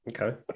Okay